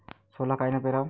सोला कायनं पेराव?